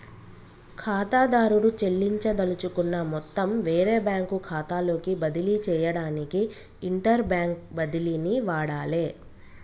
ఖాతాదారుడు చెల్లించదలుచుకున్న మొత్తం వేరే బ్యాంకు ఖాతాలోకి బదిలీ చేయడానికి ఇంటర్బ్యాంక్ బదిలీని వాడాలే